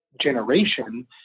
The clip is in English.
generation